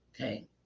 okay